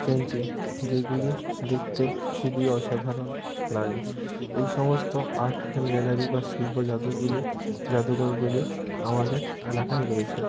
painting যেগুলি দেখতে খুবই অসাধারণ লাগে এই সমস্ত আর্ট গ্যালারি বা শিল্প যাদুগুলি যাদুঘরগুলি আমাদের এলাকায় রয়েছে